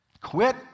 Quit